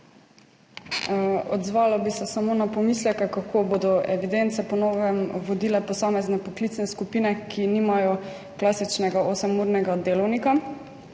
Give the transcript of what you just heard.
Odzvala bi se samo na pomisleke, kako bodo evidence po novem vodile posamezne poklicne skupine, ki nimajo klasičnega osemurnega delovnika.